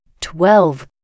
twelve